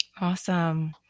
Awesome